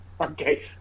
Okay